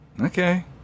Okay